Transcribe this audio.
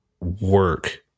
work